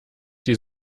die